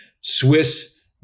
Swiss